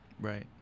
Right